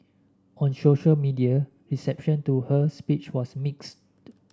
on social media reception to her speech was mixed